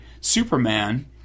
Superman